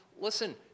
Listen